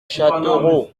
châteauroux